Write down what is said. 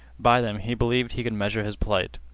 by them he believed he could measure his plight.